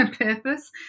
purpose